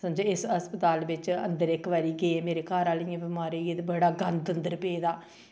समझो इस अस्पताल बिच्च अंदर इक बारी गे मेरे घर आह्ले इयां बमार होई गे ते बड़ा गंद अंदर पेदा